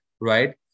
right